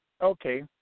Okay